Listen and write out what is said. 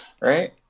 right